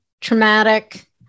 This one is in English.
traumatic